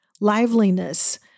liveliness